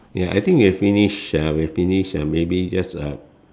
ya I think we've finished uh we've finished uh maybe just uh